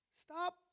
Stop